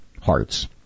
hearts